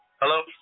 Hello